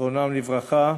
זיכרונם לברכה,